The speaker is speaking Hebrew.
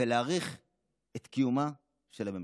ולהאריך את קיומה של הממשלה.